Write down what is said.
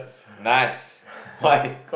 nice white